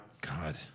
God